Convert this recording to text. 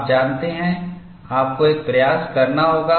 आप जानते हैं आपको एक प्रयास करना होगा